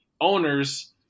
owners